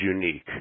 unique